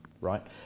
right